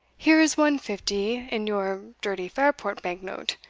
here is one fifty in your dirty fairport bank-note